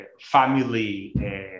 family